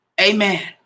Amen